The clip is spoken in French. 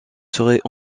serait